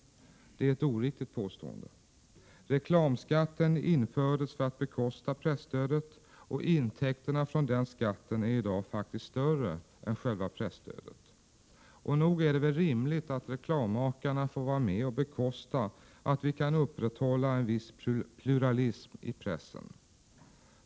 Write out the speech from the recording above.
Det är ett oriktigt påstående. Reklamskatten infördes för att bekosta presstödet, och intäkterna från den skatten är i dag faktiskt större än presstödet. Nog är det väl rimligt att reklammakarna får vara med och bekosta att vi kan upprätthålla en viss pluralism i pressen?